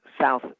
south